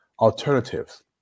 alternatives